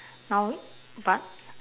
now but